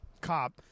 cop